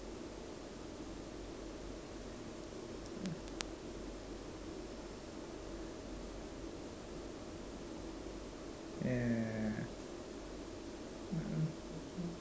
yeah